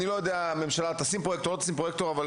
אני לא יודע אם הממשלה תמנה לשם זה פרויקטור או לא,